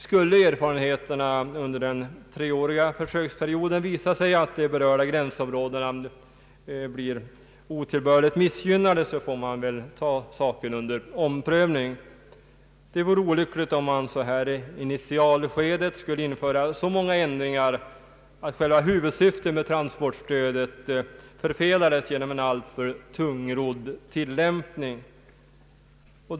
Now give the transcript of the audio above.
Skulle erfarenheterna under den treåriga försöksperioden visa att de berörda gränsområdena blir otillbörligt missgynnade, får man ta saken under omprövning. Det vore olyckligt om man så här i initialskedet skulle införa så många ändringar att själva huvudsyftet med transportstödet förfelades genom en alltför tungrodd tillämpning.